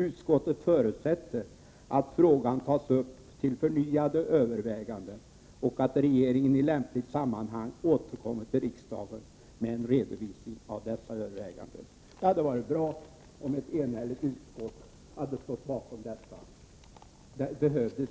Utskottet förutsätter att frågan tas upp till förnyade överväganden och att regeringen i lämpligt sammanhang återkommer till riksdagen med en redovisning av dessa överväganden.” Det hade varit bra om ett enhälligt utskott hade stått bakom detta uttalande. Det behövdes